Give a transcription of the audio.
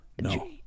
No